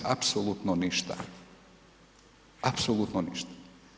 Apsolutno ništa, apsolutno ništa.